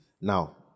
Now